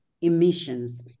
emissions